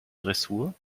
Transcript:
dressur